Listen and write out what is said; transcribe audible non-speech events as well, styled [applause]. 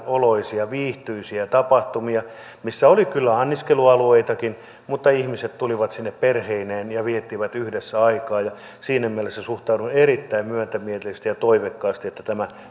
[unintelligible] oloisia viihtyisiä tapahtumia missä oli kyllä anniskelualueitakin mutta ihmiset tulivat sinne perheineen ja viettivät yhdessä aikaa ja siinä mielessä suhtaudun erittäin myötämielisesti ja toiveikkaasti että tämä